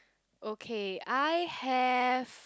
okay I have